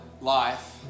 life